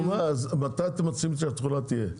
מתי אתם מציעים שהתחולה תהיה?